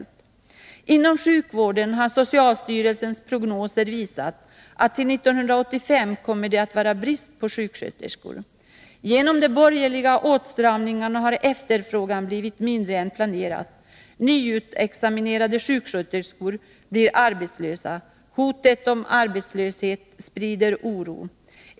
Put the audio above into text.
27 oktober 1982 Inom sjukvården har socialstyrelsens prognoser visat att till 1985 kommer —— oo detattvara brist på sjuksköterskor. Genom de borgerliga åtstramningarna Allmänpolitisk har efterfrågan blivit mindre än planerat. Nyutexaminerade sjuksköterskor debatt blir arbetslösa. Hotet om arbetslöshet sprider oro.